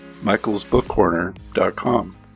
michaelsbookcorner.com